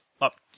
up